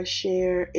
share